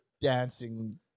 dancing